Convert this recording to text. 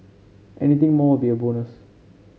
anything more will be a bonus